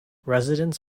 residents